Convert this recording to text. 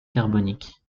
carbonique